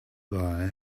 bye